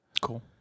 Cool